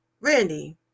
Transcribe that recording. Randy